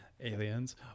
aliens